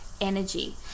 energy